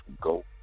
go